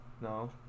No